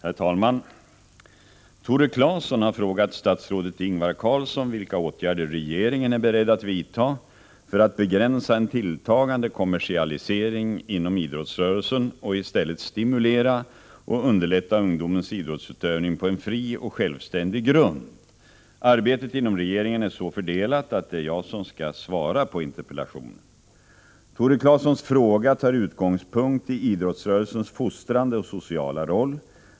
Herr talman! Tore Claeson har frågat statsrådet Ingvar Carlsson vilka åtgärder regeringen är beredd att vidta för att begränsa en tilltagande kommersialisering inom idrottsrörelsen och i stället stimulera och underlätta ungdomens idrottsutövning på en fri och självständig grund. Arbetet inom regeringen är så fördelat att det är jag som skall svara på interpellationen. Tore Claesons fråga tar utgångspunkt i idrottsrörelsens fostrande och sociala roll.